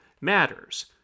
matters